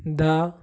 धा